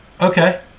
Okay